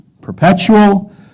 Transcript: perpetual